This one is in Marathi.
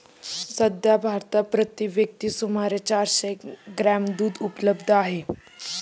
सध्या भारतात प्रति व्यक्ती सुमारे चारशे ग्रॅम दूध उपलब्ध आहे